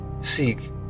seek